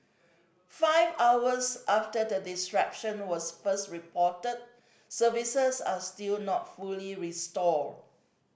five hours after the disruption was first reported services are still not fully restored